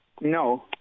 No